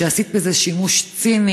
שעשית בזה שימוש ציני